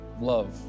love